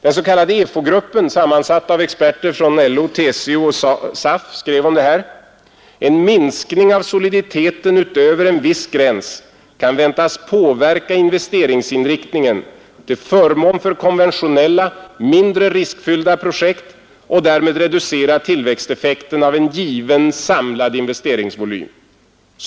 Den s.k. EFO-gruppen —= Nr 140 sammansatt av experter från LO, TCO och SAF — skrev om detta: ”En Tisdagen den minskning av soliditeten utöver en viss gräns kan väntas påverka 7 december 1971 investeringsinriktningen till förmån för konventionella, mindre riskfyllda projekt och därmed reducera tillväxteffekten av en given samlad investeringsvolym.